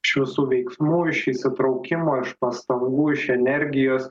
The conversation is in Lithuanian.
iš visų veiksmų iš įsitraukimo iš pastangų iš energijos